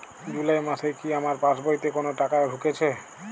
জুলাই মাসে কি আমার পাসবইতে কোনো টাকা ঢুকেছে?